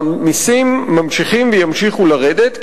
המסים ממשיכים וימשיכו לרדת,